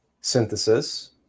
synthesis